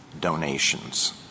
donations